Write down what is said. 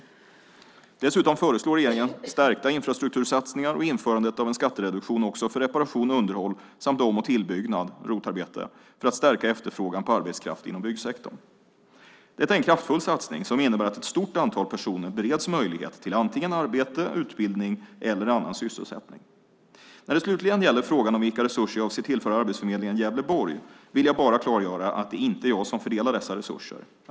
Dessutom föreslår regeringen stärkta infrastruktursatsningar och införandet av en skattereduktion också för reparation, underhåll samt om och tillbyggnad, ROT-arbete, för att stärka efterfrågan på arbetskraft inom byggsektorn. Detta är en kraftfull satsning som innebär att ett stort antal personer bereds möjlighet till arbete, utbildning eller annan sysselsättning. När det slutligen gäller frågan om vilka resurser jag avser att tillföra Arbetsförmedlingen Gävleborg vill jag bara klargöra att det inte är jag som fördelar dessa resurser.